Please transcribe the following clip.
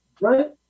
right